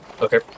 Okay